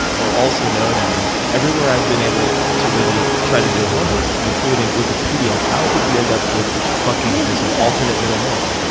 or also known as, everywhere i've been able to really try to do homework, including wikipedia. how did you end up with fucking as an alternate middle name?